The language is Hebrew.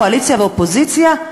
קואליציה ואופוזיציה,